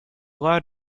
law